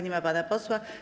Nie ma pana posła.